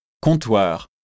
Comptoir